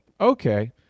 Okay